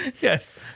yes